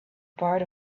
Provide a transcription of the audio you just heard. part